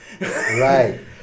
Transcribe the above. Right